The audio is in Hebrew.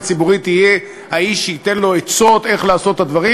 ציבורית יהיה האיש שייתן לו עצות איך לעשות את הדברים,